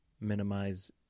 minimize